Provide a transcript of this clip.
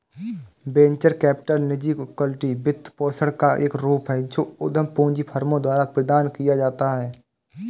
venture capital निजी equity वित्तपोषण का एक रूप है जो उद्यम पूंजी फर्मों द्वारा प्रदान किया जाता है